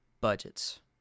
budgets